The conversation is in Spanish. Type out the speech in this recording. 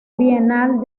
bienal